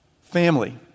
family